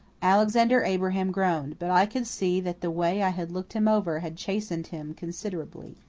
alexander abraham groaned, but i could see that the way i had looked him over had chastened him considerably.